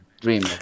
dream